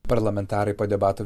parlamentarai po debatų